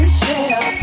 share